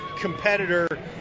competitor